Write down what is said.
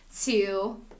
two